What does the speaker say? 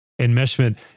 Enmeshment